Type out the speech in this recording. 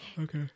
Okay